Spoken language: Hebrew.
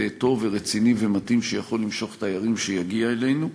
טוב ורציני ומתאים שיכול למשוך תיירים שיגיעו אלינו.